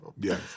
yes